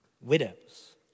Widows